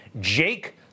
Jake